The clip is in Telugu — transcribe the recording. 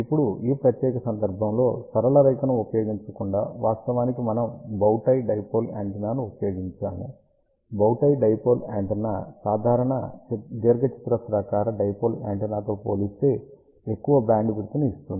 ఇప్పుడు ఈ ప్రత్యేక సందర్భంలో సరళ రేఖను ఉపయోగించకుండా వాస్తవానికి మనం బౌ టై డైపోల్ యాంటెన్నాను ఉపయోగించాము బౌ టై డైపోల్ యాంటెన్నా సాధారణ దీర్ఘచతురస్రాకార డైపోల్ యాంటెన్నాతో పోలిస్తే ఎక్కువ బ్యాండ్విడ్త్ ని ఇస్తుంది